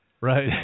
Right